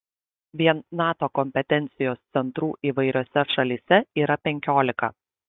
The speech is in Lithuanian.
vien nato kompetencijos centrų įvairiose šalyse yra penkiolika